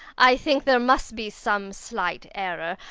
i think there must be some slight error.